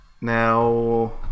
Now